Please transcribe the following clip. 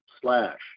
slash